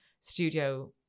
studio